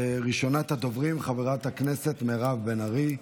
ראשונת הדוברים חברת הכנסת מירב בן ארי.